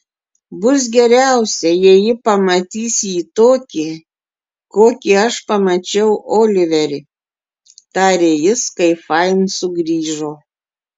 bus geriausia jei ji pamatys jį tokį kokį aš pamačiau oliverį tarė jis kai fain sugrįžo